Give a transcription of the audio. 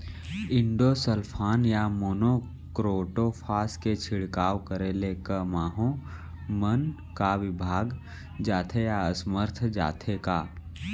Endosulfan या monocrotophos के छिड़काव करे ले क माहो मन का विभाग जाथे या असमर्थ जाथे का?